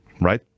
right